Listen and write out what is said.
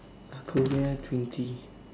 aku nya twenty